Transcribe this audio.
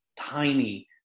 tiny